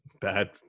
bad